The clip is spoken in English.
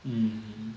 mm